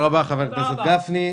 תודה רבה, חבר הכנסת גפני.